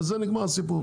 ובזה נגמר הסיפור,